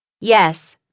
Yes